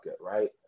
right